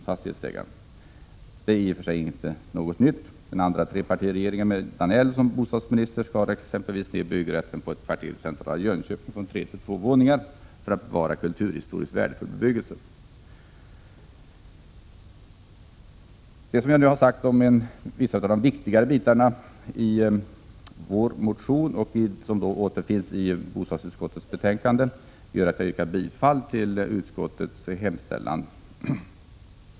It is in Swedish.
Det är i och för sig inte något nytt. Den andra trepartiregeringen, med Georg Danell som bostadsminister, skar exempelvis ned byggrätten för ett kvarter i centrala Jönköping från tre till två våningar för att bevara kulturhistoriskt värdefull bebyggelse. Det jag nu har sagt om vissa av de viktigare delarna av vår motion, vilka återfinns i bostadsutskottets betänkande, gör att jag yrkar bifall till utskottets hemställan.